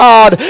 God